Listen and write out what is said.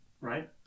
right